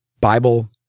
Bible